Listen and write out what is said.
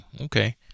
okay